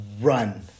Run